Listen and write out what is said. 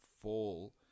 fall